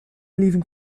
leaving